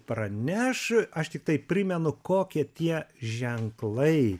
praneš aš tiktai primenu kokie tie ženklai